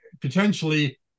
potentially